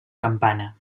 campana